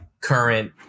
current